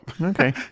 okay